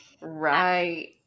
Right